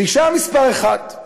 קלישאה מספר אחת: